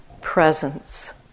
presence